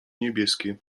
niebieskie